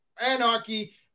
anarchy